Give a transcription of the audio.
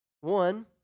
One